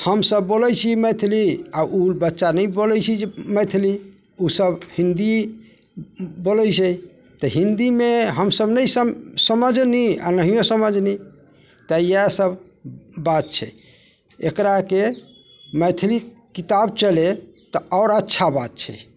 हमसभ बोलै छी मैथिली आओर उ बच्चा नहि बोलै छै जे मैथिली उ सभ हिन्दी बोलै छै तऽ हिन्दीमे हमसभ नहि सम समझनी आओर नहिये समझनी तऽ इएह सभ बात छै एकराके मैथिली किताब चलै तऽ आओर अच्छा बात छै